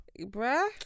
bruh